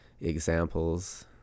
examples